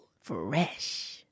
Fresh